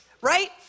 right